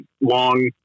long